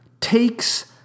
takes